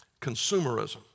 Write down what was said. Consumerism